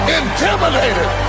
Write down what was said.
intimidated